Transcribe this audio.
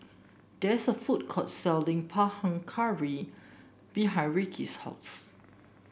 there is a food court selling Panang Curry behind Rickey's house